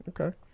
okay